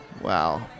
wow